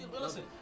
listen